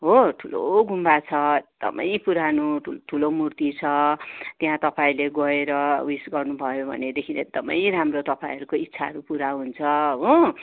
हो ठुलो गुम्बा छ एकदमै पुरानो ठुल्ठुलो मूर्ति छ त्यहाँ तपाईँले गएर विस गर्नु भयो भनेदेखि एकदमै राम्रो तपाईँहरूको इच्छाहरू पुरा हुन्छ हो